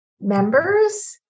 members